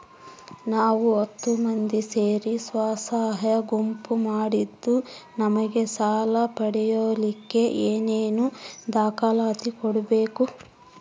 ನಾವು ಹತ್ತು ಮಂದಿ ಸೇರಿ ಸ್ವಸಹಾಯ ಗುಂಪು ಮಾಡಿದ್ದೂ ನಮಗೆ ಸಾಲ ಪಡೇಲಿಕ್ಕ ಏನೇನು ದಾಖಲಾತಿ ಕೊಡ್ಬೇಕು?